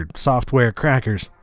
software crackers.